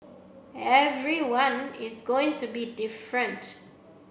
everyone is going to be different